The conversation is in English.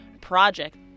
project